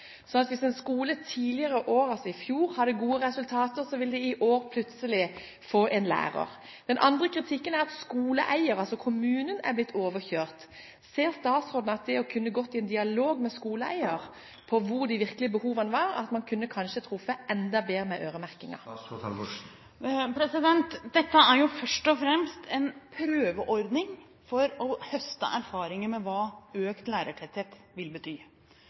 sånn at hvis en skole tidligere år, altså i fjor, hadde gode resultater, ville de likevel i år plutselig få en lærer. Den andre kritikken er at skoleeiere, altså kommunen, er blitt overkjørt. Ser statsråden at en ved å gå i dialog med skoleeier om hvor de virkelige behovene er, kanskje kunne truffet enda bedre med øremerkingen? Dette er først og fremst en prøveordning for å høste erfaringer med hva økt lærertetthet vil bety.